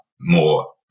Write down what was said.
more